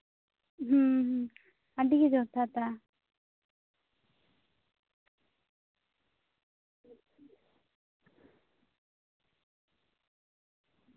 ᱦᱩᱸ ᱦᱩᱸ ᱟᱹᱰᱤ ᱜᱮ ᱡᱚᱛᱷᱟᱛᱟ